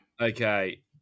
Okay